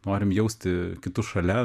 norim jausti kitus šalia